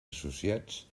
associats